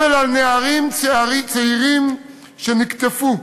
אבל על נערים צעירים שנקטפו,